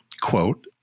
Quote